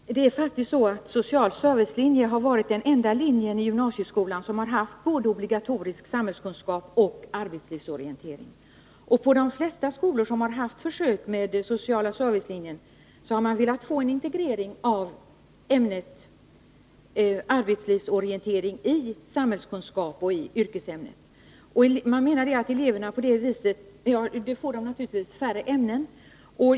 Herr talman! Det är faktiskt så att social servicelinje har varit den enda linje i gymnasieskolan som har haft både obligatorisk samhällskunskap och arbetslivsorientering. På de flesta skolor som har haft försök med social servicelinje har man velat få till stånd en integrering av ämnet arbetslivsorientering med samhällskunskap och yrkesämnen. Man pekar bl.a. på att eleverna på det viset får färre ämnen.